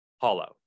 hollow